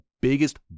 biggest